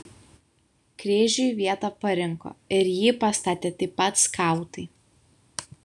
kryžiui vietą parinko ir jį pastatė taip pat skautai